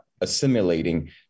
assimilating